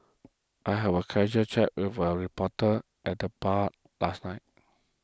I had a casual chat with a reporter at the bar last night